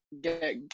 get